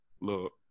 Look